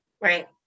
Right